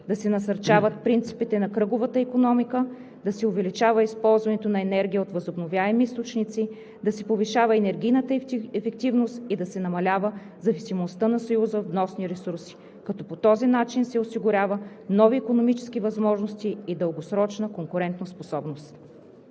да се насърчават принципите на кръговата икономика, да се увеличава използването на енергия от възобновяеми източници, да се повишава енергийната ефективност и да се намалява зависимостта на Съюза от вносни ресурси, като по този начин се осигуряват нови икономически възможности и дългосрочна конкурентоспособност.